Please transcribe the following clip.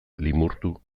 limurtu